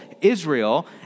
Israel